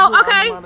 okay